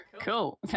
cool